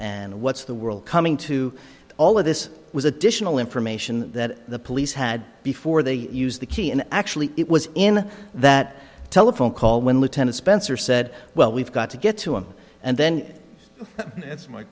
and what's the world coming to all of this was additional information that the police had before they use the key and actually it was in that telephone call when lieutenant spencer said well we've got to get to him and then that's m